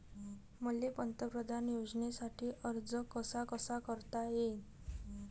मले पंतप्रधान योजनेसाठी अर्ज कसा कसा करता येईन?